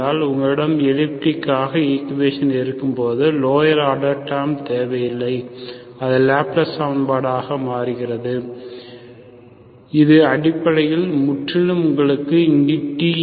உங்களிடம் எலிப்டிக் ஆக ஈக்குவேஷன் இருக்கும்போது லோயர் ஆர்டர் டேர்ம் இல்லை அது லாப்லேஸ் சமன்பாடாக மாறுகிறது இது அடிப்படையில் முற்றிலும் உங்களுக்கு இங்கு t இல்லை